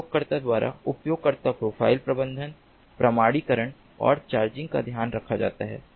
उपयोगकर्ता द्वारा उपयोगकर्ता प्रोफ़ाइल प्रबंधन प्रमाणीकरण और चार्जिंग का ध्यान रखा जाता है